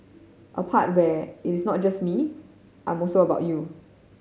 a part where it is not just me I'm also about you